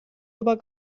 über